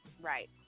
Right